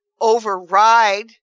override